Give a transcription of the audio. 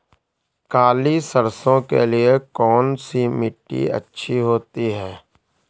काली सरसो के लिए कौन सी मिट्टी अच्छी होती है?